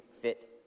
fit